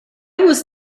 was